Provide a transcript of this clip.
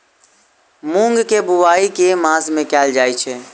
मूँग केँ बोवाई केँ मास मे कैल जाएँ छैय?